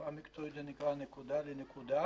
בשפה המקצועית זה נקרא: נקודה לנקודה.